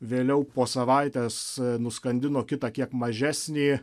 vėliau po savaitės nuskandino kitą kiek mažesnį